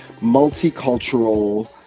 multicultural